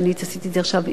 עשיתי את זה עכשיו עם,